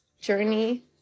journey